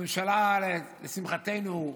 הממשלה, לשמחתנו,